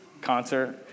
concert